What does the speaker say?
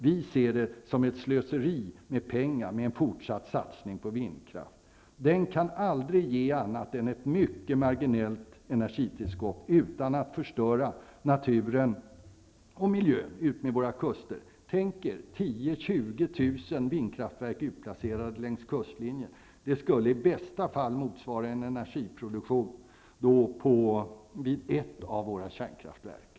Vi anser att det är ett slöseri med pengar med en fortsatt satsning på vindkraft. Den kan aldrig ge annat än ett mycket marginellt energitillskott utan att förstöra naturen och miljön utmed våra kuster. Tänk er 10 000--20 000 vindkraftverk utplacerade längs kustlinjen. Det skulle i bästa fall motsvara energiproduktionen vid ett av våra kärnkraftverk.